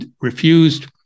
refused